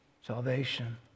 Salvation